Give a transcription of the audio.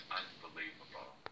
unbelievable